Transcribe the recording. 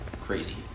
crazy